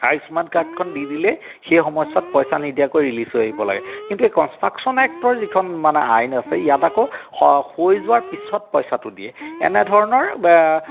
আয়ুষ্মান কাৰ্ডখন দি দিলে সেই সময়ছোৱাত পইচা নিদিয়াকৈ ৰিলিজ হৈ আহিব লাগে কিন্তু এই কনষ্ট্ৰাকশ্যন এক্টৰ যিখন মানে আইন আছে ইয়াত আকৌ হৈ যোৱাৰ পিছত পইচাটো দিয়ে এনেধৰণৰ